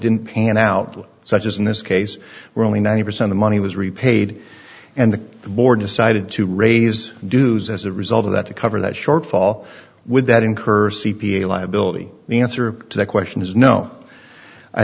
didn't pan out such as in this case where only ninety percent of money was repaid and the board decided to raise dues as a result of that to cover that shortfall with that incurs c p a liability the answer to that question is no i